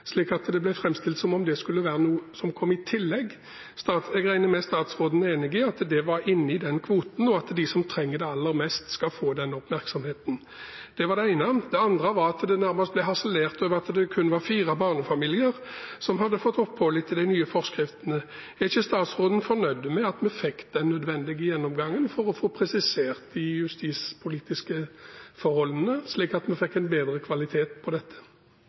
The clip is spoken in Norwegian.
Det ble framstilt som om det var noe som kom i tillegg. Jeg regner med at statsråden er enig i at det var inne i den kvoten, og at de som trenger det aller mest, skal få den oppmerksomheten. Det var det ene. Det andre var at det nærmest ble harselert over at det kunne være fire barnefamilier som hadde fått opphold etter de nye forskriftene. Er ikke statsråden fornøyd med at vi fikk den nødvendige gjennomgangen for å få presisert de justispolitiske forholdene, slik at vi fikk en bedre kvalitet på dette?